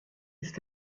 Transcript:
ist